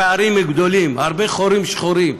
הפערים גדולים, הרבה חורים שחורים.